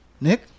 Nick